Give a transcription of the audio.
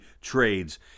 trades